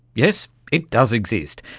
yes, it does exist,